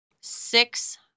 Six